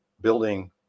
building